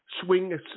swing